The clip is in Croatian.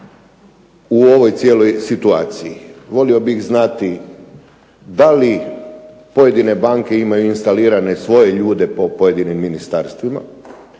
u ovoj cijeloj situaciji. Volio bih znati da li pojedine banke imaju instalirane svoje ljude po pojedinim ministarstvima.